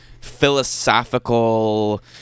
philosophical